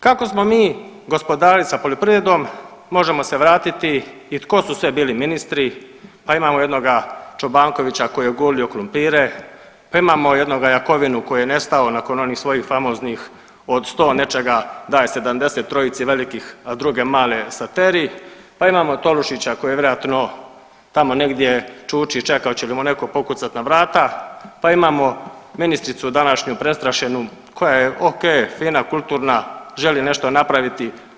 Kako smo mi gospodarili sa poljoprivredom možemo se vratiti i tko su sve bili ministri, pa imamo jednog Čobankovića koji je gulio krumpire, pa imamo jednog Jakovinu koji je nestao nakon onih svojih famoznih od 100 nečega daje 73. velikih, a druge male sateri, pa imamo Tolušića koji vjerojatno tamo negdje čuči i čeka hoće li mu neko pokucat na vrata, pa imamo ministricu današnju prestrašenu koja je ok, fina, kulturna, želi nešto napraviti.